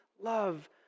love